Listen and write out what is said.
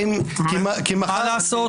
להמשיך ולהסתובב.